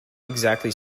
exactly